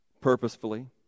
Purposefully